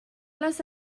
les